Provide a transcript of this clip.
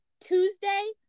tuesday